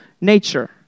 nature